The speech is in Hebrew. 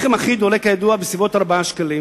לחם אחיד עולה, כידוע, בסביבות 4 שקלים.